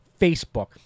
Facebook